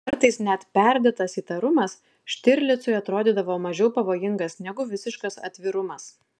kartais net perdėtas įtarumas štirlicui atrodydavo mažiau pavojingas negu visiškas atvirumas